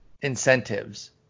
incentives